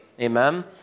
Amen